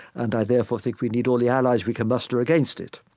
and i therefore, think we need all the allies we can muster against it.